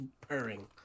purring